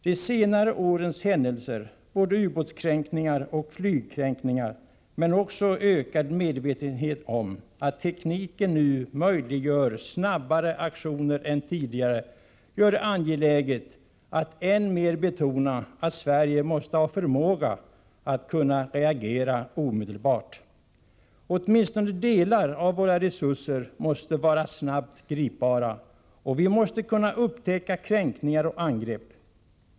De senare årens händelser, både ubåtskränkningar och flygplanskränkningar, men också den ökade medvetenheten om att tekniken nu möjliggör snabbare aktioner än tidigare gör det angeläget att än mer betona att Sverige måste ha förmåga att reagera omedelbart. Åtminstone delar av våra resurser måste vara snabbt gripbara, och vi måste kunna upptäcka kränkningar och angrepp.